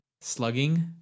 slugging